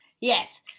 Yes